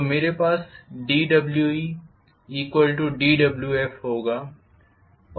तो मेरे पास dWedWf होगा